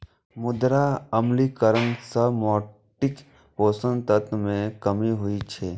मृदा अम्लीकरण सं माटिक पोषक तत्व मे कमी होइ छै